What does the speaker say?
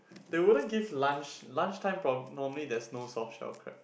they wouldn't give lunch lunch time prob~ normally there's no soft shell crab